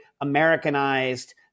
Americanized